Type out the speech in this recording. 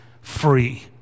free